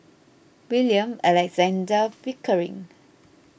William Alexander Pickering